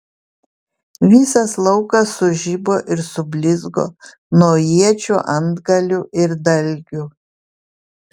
visas laukas sužibo ir sublizgo nuo iečių antgalių ir dalgių